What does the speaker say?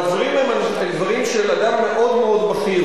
והדברים הם דברים של אדם מאוד מאוד בכיר,